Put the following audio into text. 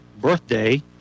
birthday